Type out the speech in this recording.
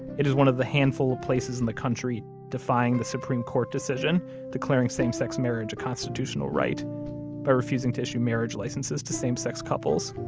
it is one of the handful of places in the country defying the supreme court decision declaring same-sex marriage a constitutional right by refusing to issue marriage licenses to same-sex couples.